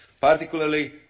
particularly